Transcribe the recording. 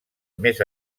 més